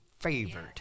Favored